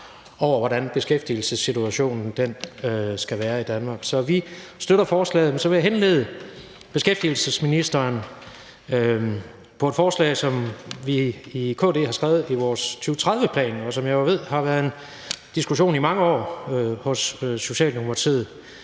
over, hvordan beskæftigelsessituationen skal være i Danmark. Så vi støtter forslaget. Men jeg vil så henlede beskæftigelsesministerens opmærksomhed på et forslag, som vi i KD har skrevet i vores 2030-plan, og som jeg jo også ved er noget, som der i mange år har været